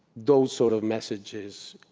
those sort of messages,